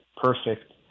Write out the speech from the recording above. perfect